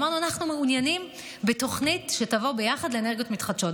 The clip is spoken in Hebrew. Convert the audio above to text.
אמרנו: אנחנו מעוניינים בתוכנית שתבוא ביחד לאנרגיות מתחדשות.